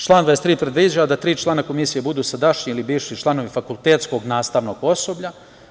Član 23. predviđa da tri člana komisije budu sadašnji ili bivši članovi fakultetskog nastavnog osoblja.